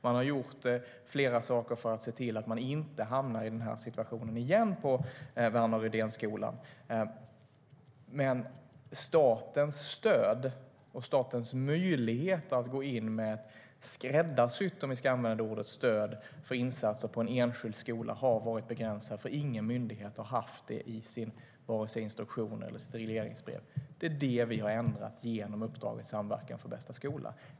Man har gjort flera saker för att se till att man inte hamnar i den här situationen igen på Värner Rydénskolan. Men statens stöd och statens möjligheter att gå in med skräddarsytt - om vi använder det ordet stöd för insatser på en enskild skola har varit begränsat, för ingen myndighet har haft det i sin instruktion eller i sitt regleringsbrev. Det är det vi har ändrat genom uppdraget Samverkan för bättre skola.